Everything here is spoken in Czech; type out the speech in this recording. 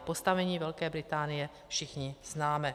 Postavení Velké Británie všichni známe.